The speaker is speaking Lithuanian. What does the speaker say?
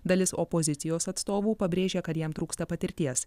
dalis opozicijos atstovų pabrėžė kad jam trūksta patirties